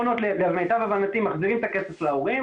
למיטב הבנתי המעונות מחזירים את הכסף להורים.